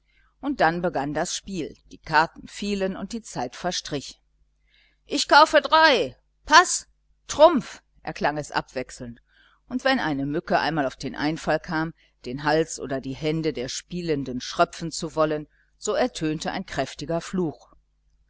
und dann begann das spiel die karten fielen und die zeit verstrich ich kaufe drei paß trumpf erklang es abwechselnd und wenn eine mücke einmal auf den einfall kam den hals oder die hände der spielenden schröpfen zu wollen so ertönte ein kräftiger fluch